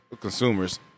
consumers